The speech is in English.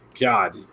god